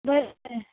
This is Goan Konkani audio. बरें बरें